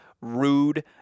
Rude